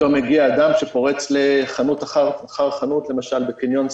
פתאום מגיע אדם שפורץ לחנות אחר חנות בקניון סגור,